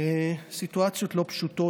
סיטואציות לא פשוטות.